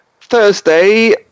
Thursday